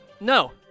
No